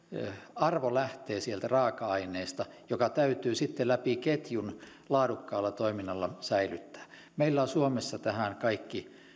arvo lähtee sieltä raaka aineesta joka täytyy siten läpi ketjun laadukkaalla toiminnalla säilyttää meillä on suomessa tähän kaikki